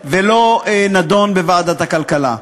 ולא נדון בוועדת הכלכלה.